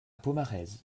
pomarez